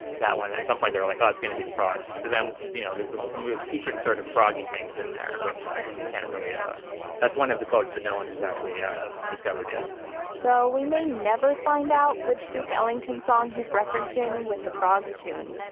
that one, at some point they're like, ah it's going to be the frogs. so then, you know, there's some real secret sort of frog things in there, which i can't really. ah that's one of the quotes that no one has actually yeah discovered yet so we may never find out which duke ellington song he's referencing with the frogs tune.